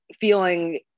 feeling